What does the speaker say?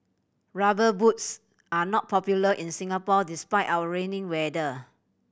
Rubber Boots are not popular in Singapore despite our rainy weather